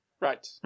Right